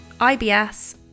IBS